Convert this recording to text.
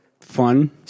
fun